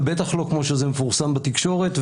ובטח לא כמו שזה מפורסם בתקשורת.